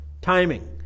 timing